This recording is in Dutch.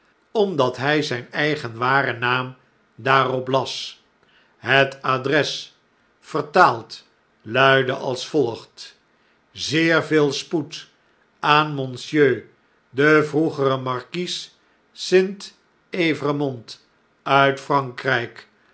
omdat hij zijn eigen waren naam daarop las het adres vertaald luidde als volgt zeer veel spoed i aan monsieur den vroegeren markies st evremond uit f